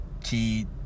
key